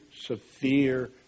severe